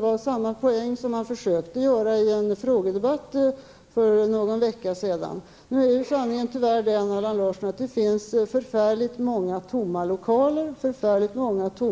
Han försökte vinna samma poäng i en frågedebatt för någon vecka sedan. Nu är sanningen tyvärr den, Allan Larsson, att det finns förfärligt många tomma lokaler